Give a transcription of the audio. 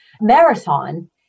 marathon